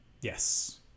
Yes